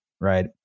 right